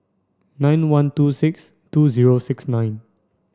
nine one two six two zero six nine